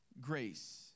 grace